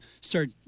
start